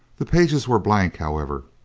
the pages were blank, however,